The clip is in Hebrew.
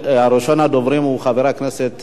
ראשון הדוברים הוא חבר הכנסת